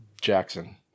Jackson